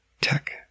tech